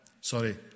sorry